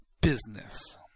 business